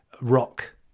rock